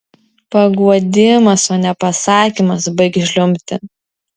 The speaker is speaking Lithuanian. paguodimas o ne pasakymas baik žliumbti